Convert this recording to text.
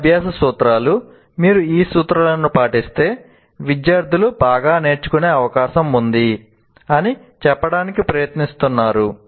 ఈ అభ్యాస సూత్రాలు 'మీరు ఈ సూత్రాలను పాటిస్తే విద్యార్థులు బాగా నేర్చుకునే అవకాశం ఉంది' అని చెప్పడానికి ప్రయత్నిస్తున్నారు